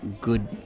good